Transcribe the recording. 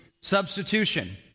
Substitution